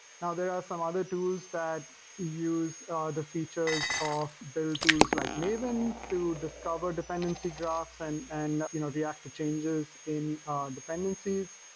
now there are some other tools that use the features of build tools like maven, to discover dependency graphs and and you know react to changes in dependencies.